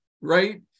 right